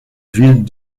ville